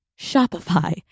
Shopify